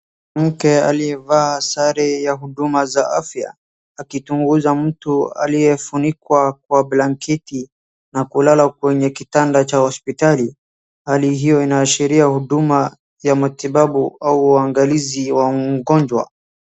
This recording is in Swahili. Mwanamke aliyevaa sare za huduma za afya akichunguza mtu aliyefunikwa kwa blanketi na kulala kwenye kitanda cha hospitali. Hali hio inaashiria huduma ya matibabu au uangalizi wa ugonjwa.